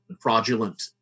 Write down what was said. fraudulent